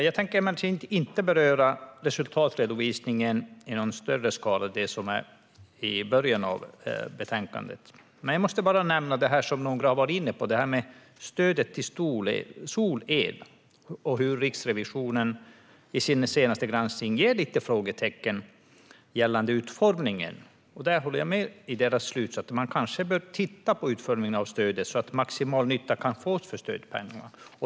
Jag tänker emellertid inte beröra resultatredovisningen, det som står i början av betänkandet, i någon större skala. Jag måste bara nämna det som några har varit inne på med stödet till solel och att Riksrevisionen i sin senaste granskning har några frågetecken gällande utformningen. Jag håller med Riksrevisionens slutsats att man kanske bör titta på utformningen av stödet så att maximal nytta kan fås för stödpengarna.